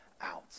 out